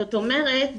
זאת אומרת,